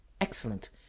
excellent